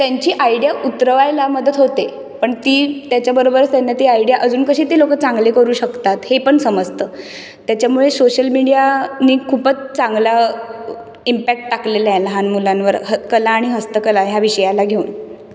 त्यांची आयडिया उतरवायला मदत होते पण ती त्याच्या बरोबरच त्यांना ती आयडिया अजून कशी ती लोक चांगले करू शकतात हे पण समजतं त्याच्यामुळे शोशल मिडिया ने खूपच चांगला इम्पॅक्ट टाकलेला आहे लहान मुलांवर कला आणि हस्तकला ह्या विषयाला घेऊन